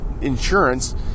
insurance